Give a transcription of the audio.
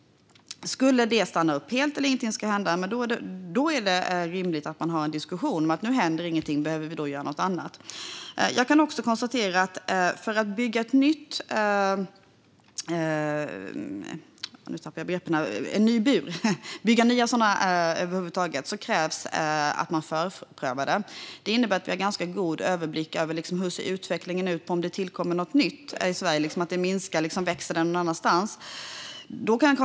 Skulle det stanna upp helt eller om ingenting skulle hända är det rimligt att ha en diskussion om det och om man då behöver göra något annat. Jag kan också konstatera att för att bygga nya burar krävs det att man förprövar. Vi har därför ganska god överblick av hur utvecklingen ser ut när det gäller om det tillkommer något nytt, ifall det skulle minska på ett ställe men växa någon annanstans.